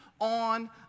on